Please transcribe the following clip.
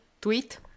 tweet